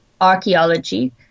archaeology